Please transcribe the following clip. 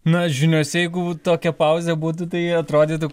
na žiniose jeigu tokia pauzė būtų tai atrodytų